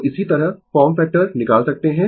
तो इसी तरह फार्म फैक्टर निकाल सकते है